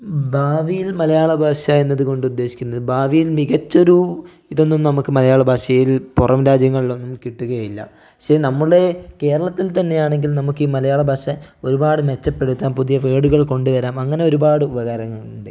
ഭാവിയിൽ മലയാള ഭാഷ എന്നതുകൊണ്ട് ഉദ്ദേശിക്കുന്നത് ഭാവിയിൽ മികച്ച ഒരു ഇതൊന്നും നമുക്ക് മലയാളം ഭാഷയിൽ പുറം രാജ്യങ്ങളിലൊന്നും കിട്ടുകയില്ല പക്ഷേ നമ്മുടെ കേരളത്തിൽ തന്നെയാണെങ്കിൽ നമുക്ക് ഈ മലയാള ഭാഷ ഒരുപാട് മെച്ചപ്പെടുത്താം പുതിയ വേർഡുകൾ കൊണ്ടുവരാം അങ്ങനെ ഒരുപാട് ഉപകാരങ്ങളുണ്ട്